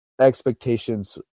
expectations